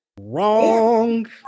Wrong